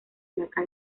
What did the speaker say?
placa